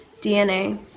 DNA